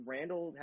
Randall